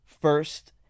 first